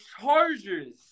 Chargers